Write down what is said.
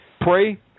pray